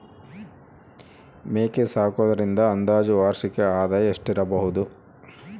ಮೇಕೆ ಸಾಕುವುದರಿಂದ ಅಂದಾಜು ವಾರ್ಷಿಕ ಆದಾಯ ಎಷ್ಟಿರಬಹುದು?